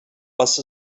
was